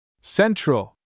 Central